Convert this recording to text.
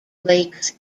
lakes